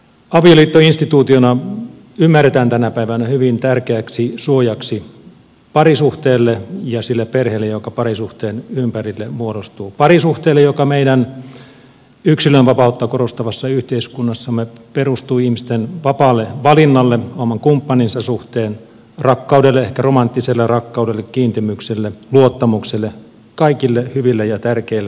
avioliitto instituutiona ymmärretään tänä päivänä hyvin tärkeäksi suojaksi parisuhteelle ja sille perheelle joka parisuhteen ympärille muodostuu parisuhteelle joka meidän yksilönvapautta korostavassa yhteiskunnassamme perustuu ihmisten vapaalle valinnalle oman kumppaninsa suhteen rakkaudelle ehkä romanttiselle rakkaudelle kiintymykselle luottamukselle kaikille hyville ja tärkeille asioille